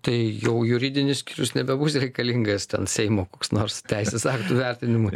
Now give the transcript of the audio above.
tai jau juridinis skyrius nebebus reikalingas ten seimo koks nors teisės aktų vertinimui